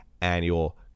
annual